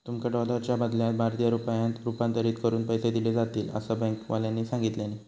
तुमका डॉलरच्या बदल्यात भारतीय रुपयांत रूपांतरीत करून पैसे दिले जातील, असा बँकेवाल्यानी सांगितल्यानी